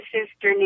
Sister